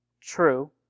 True